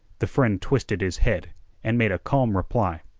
the friend twisted his head and made a calm reply.